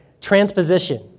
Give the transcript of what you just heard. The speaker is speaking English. Transposition